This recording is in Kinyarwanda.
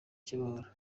cy’amahoro